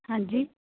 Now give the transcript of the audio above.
ਹਾਂਜੀ